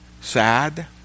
sad